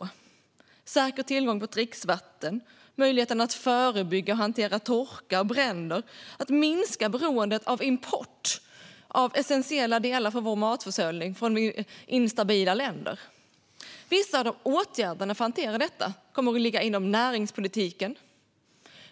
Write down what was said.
Det handlar om säker tillgång till dricksvatten, om möjligheten att förebygga och hantera torka och bränder och om att minska beroendet av import av essentiella delar för vår matförsörjning från instabila länder. Vissa av åtgärderna för att hantera detta kommer att ligga inom näringspolitiken.